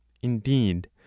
indeed